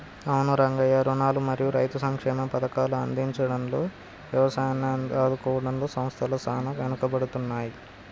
అవును రంగయ్య రుణాలు మరియు రైతు సంక్షేమ పథకాల అందించుడులో యవసాయాన్ని ఆదుకోవడంలో సంస్థల సాన ఎనుకబడుతున్నాయి